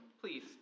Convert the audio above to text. Please